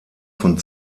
von